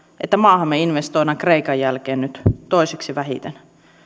että maahamme investoidaan nyt kreikan jälkeen toiseksi vähiten